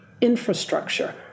infrastructure